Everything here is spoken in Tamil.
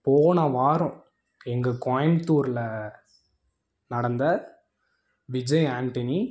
போன வாரம் எங்கள் கோயம்த்தூரில் நடந்த விஜய் ஆண்டனி